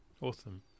Awesome